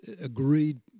agreed